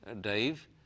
Dave